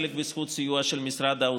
חלק בזכות סיוע של משרד האוצר.